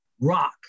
rock